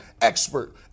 expert